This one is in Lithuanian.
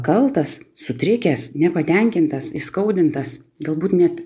kaltas sutrikęs nepatenkintas įskaudintas galbūt net